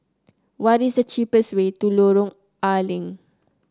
what is the cheapest way to Lorong A Leng